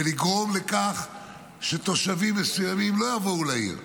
ולגרום לכך שתושבים מסוימים לא יבואו לעיר.